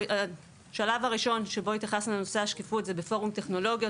השלב הראשון שבו התייחסנו לנושא השקיפות זה בפורום טכנולוגיות,